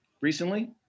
recently